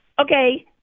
Okay